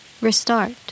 Restart